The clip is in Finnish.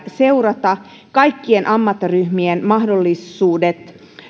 seurata kaikkien ammattiryhmien mahdollisuuksia